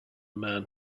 man